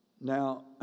Now